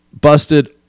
busted